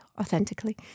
authentically